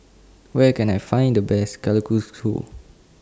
Where Can I Find The Best Kalguksu